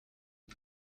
why